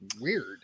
weird